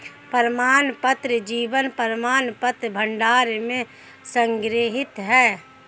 प्रमाणपत्र जीवन प्रमाणपत्र भंडार में संग्रहीत हैं